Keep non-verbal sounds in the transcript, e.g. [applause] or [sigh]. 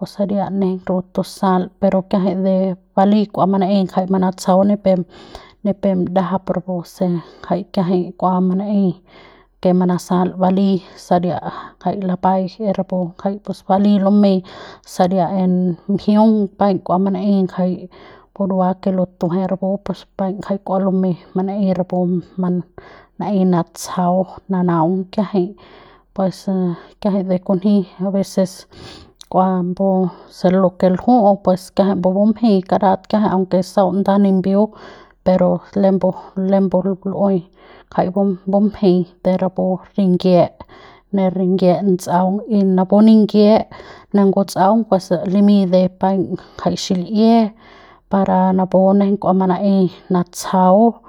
o saria nejeiñ rapu tusal pero kiajai re balei kua manaei ngjai manatsjau ni pep ni pep ndajap rapu se ngjai kiajai kua manaei ke manasal balei saria ngjai lapai mi'ia rapu ngjai pus balei lumei saria en mjiung paiñ kua manaei ngjai burua ke lutueje rapu pus paiñ ngjai kua lumei manaei rapu ma manei natsjau nanaung kiajai pues kiajai de kunji aveces [noise] kua mbu se lo ke lju'u pues kiajai mbu bumeji karat kiajai aunque sau nda nimbiu pero lembu lembu lu'ui ngjai bumjei de rapu ringie ne ringie tsaung y napu ningie ne ngutsaung pus limiñ de paiñ ngjai xil'ie para napu nejeiñ kua manaei natsjau.